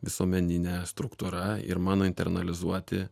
visuomeninė struktūra ir mano internalizuoti